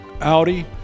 Audi